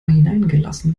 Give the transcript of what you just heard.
hineingelassen